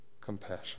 compassion